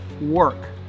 work